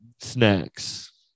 snacks